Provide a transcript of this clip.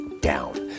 down